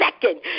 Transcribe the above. second